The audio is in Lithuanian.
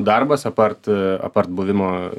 darbas apart a apart buvimo